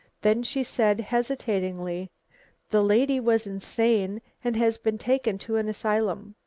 then she said hesitatingly the lady was insane and has been taken to an asylum.